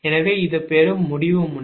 எனவே இது பெறும் முடிவு முனை